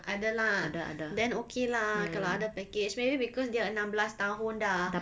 ada lah then okay lah kalau ada package maybe because dia enam belas tahun dah